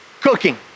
cooking